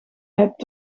hebt